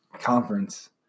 conference